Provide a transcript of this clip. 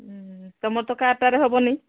ତମର ତ କାରଟାରେ ହେବନି